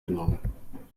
genommen